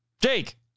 Jake